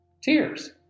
tears